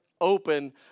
open